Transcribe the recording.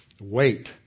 wait